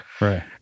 Right